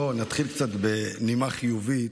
בואו נתחיל בנימה קצת חיובית.